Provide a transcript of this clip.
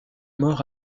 mort